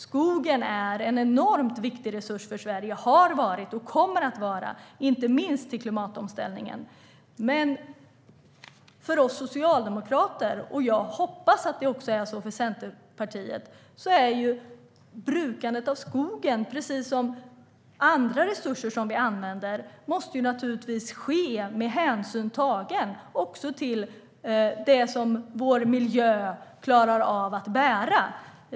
Skogen är en enormt viktig resurs för Sverige, har varit och kommer att vara, inte minst i klimatomställningen. För oss socialdemokrater - jag hoppas att det är så också för Centerpartiet - måste brukandet av skogen, precis som användandet av andra resurser, naturligtvis ske med hänsyn till vad vår miljö klarar av att bära.